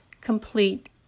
complete